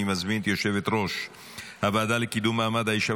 אני מזמין את יושבת-ראש הוועדה לקידום מעמד האישה